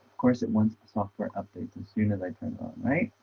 course it wants software updates as soon as i turn it on right,